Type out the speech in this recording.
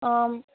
ആം